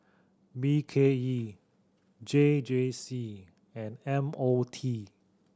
B K E J J C and M O T